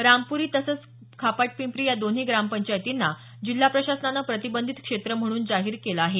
रामपूरी तसंच खपाटपिंप्री या दोन्ही ग्रामपंचायतींना जिल्हा प्रशासनानं प्रतिबंधित क्षेत्र म्हणून जाहीर केल आहे